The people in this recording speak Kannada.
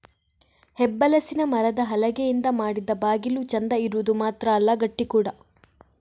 ಹೆಬ್ಬಲಸಿನ ಮರದ ಹಲಗೆಯಿಂದ ಮಾಡಿದ ಬಾಗಿಲು ಚಂದ ಇರುದು ಮಾತ್ರ ಅಲ್ಲ ಗಟ್ಟಿ ಕೂಡಾ